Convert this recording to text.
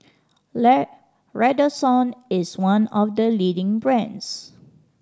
Redoxon is one of the leading brands